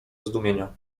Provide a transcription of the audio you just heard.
zdumienia